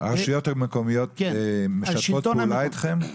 הרשויות המקומיות משתפות פעולה איתכם?